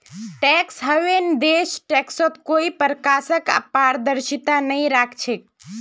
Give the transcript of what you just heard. tax haven देश टैक्सत कोई प्रकारक पारदर्शिता नइ राख छेक